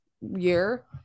year